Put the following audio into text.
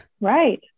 Right